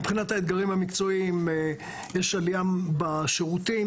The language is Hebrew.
מבחינת האתגרים המקצועיים יש עלייה בשירותים,